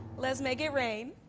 let's make it rain.